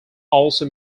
also